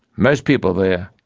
most people there,